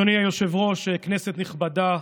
אדוני היושב-ראש, כנסת נכבדה,